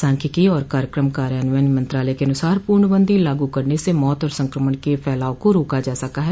सांख्यिकी और कार्यक्रम कार्यान्वयन मंत्रालय के अनुसार पूर्णबंदी लागू करने से मौत और संक्रमण के फैलाव को रोका जा सका है